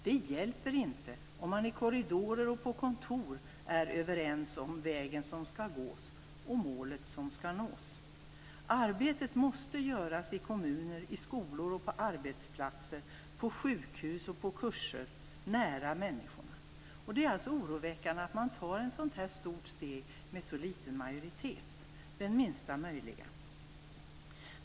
Det hjälper inte om man i korridorer och på kontor är överens om den väg man skall gå och de mål man skall nå. Arbetet måste göras i kommuner, i skolor, på arbetsplatser, på sjukhus och på kurser, nära människorna. Det är oroväckande att man tar ett sådant här stort steg med så liten majoritet, den minsta möjliga.